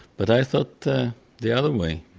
but i thought the the other way.